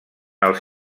els